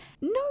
no